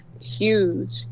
huge